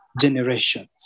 generations